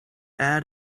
add